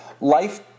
life